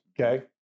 okay